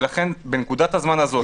לכן בנקודת הזמן הזו,